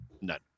None